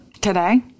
Today